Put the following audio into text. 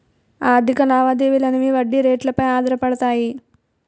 ఆర్థిక లావాదేవీలు అనేవి వడ్డీ రేట్లు పై ఆధారపడతాయి